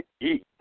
Eat